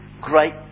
great